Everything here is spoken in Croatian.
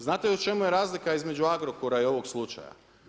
Znate u čemu je razlika između Agrokora i ovog slučaja?